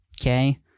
Okay